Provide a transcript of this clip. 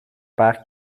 paar